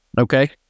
Okay